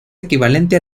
equivalente